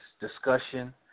discussion